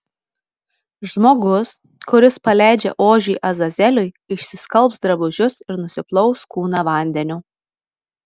žmogus kuris paleidžia ožį azazeliui išsiskalbs drabužius ir nusiplaus kūną vandeniu